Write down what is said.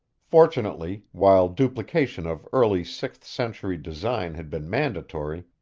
fortunately, while duplication of early sixth-century design had been mandatory,